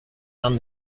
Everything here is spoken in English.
hand